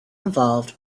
involved